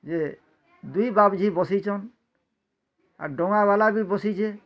ଯେ ଦୁଇ ବାପ ଝି ବସିଛନ୍ ଆର୍ ଡ଼ଙ୍ଗା ବାଲା ବି ବସିଛେ